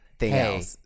Hey